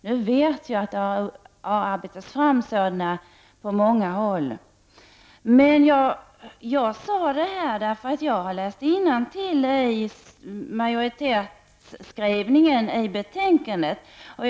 Nu vet jag att det har utarbetats sådana program på många håll, men jag sade detta därför att jag har läst innantill i majoritetsskrivningen i betänkandet.